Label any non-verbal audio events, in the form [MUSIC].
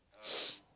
[NOISE]